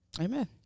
Amen